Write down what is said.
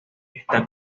está